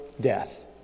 death